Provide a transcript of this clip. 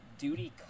Duty